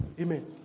Amen